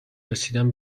رسیدن